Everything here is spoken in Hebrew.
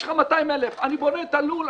יש לך 200,000. אני בונה את הלול,